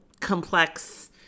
complex